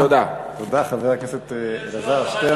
תודה, חבר הכנסת אלעזר שטרן.